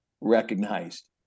recognized